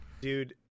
Dude